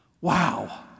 Wow